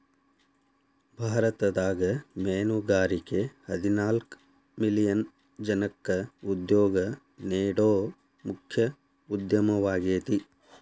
ಭಾರತದಾಗ ಮೇನುಗಾರಿಕೆ ಹದಿನಾಲ್ಕ್ ಮಿಲಿಯನ್ ಜನಕ್ಕ ಉದ್ಯೋಗ ನೇಡೋ ಮುಖ್ಯ ಉದ್ಯಮವಾಗೇತಿ